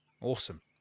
Awesome